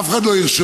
ואף אחד לא ירשום.